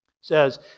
says